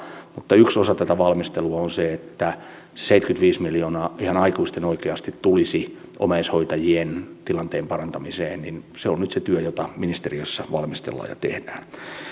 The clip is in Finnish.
mutta yksi osa tätä valmistelua on se että se seitsemänkymmentäviisi miljoonaa ihan aikuisten oikeasti tulisi omaishoitajien tilanteen parantamiseen se on nyt se työ jota ministeriössä valmistellaan ja tehdään